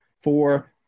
for-